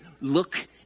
look